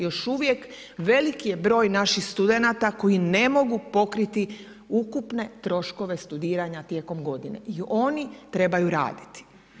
Još uvijek, veliki je broj naših studenata, koji ne mogu pokriti ukupne troškove studiranja tijekom godine i oni trebaju raditi.